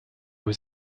was